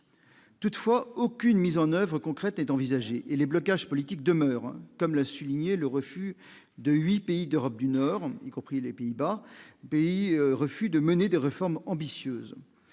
toutefois, aucune mise en oeuvre concrète est envisagée et les blocages politiques demeurent, comme l'a souligné le refus de 8 pays d'Europe du Nord, y compris les Pays-Bas, pays refus de mener des réformes ambitieuses,